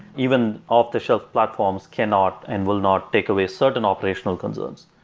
even off the shelf platforms cannot and will not take away certain operational concerns.